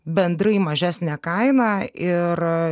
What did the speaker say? bendrai mažesnę kainą ir